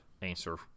answer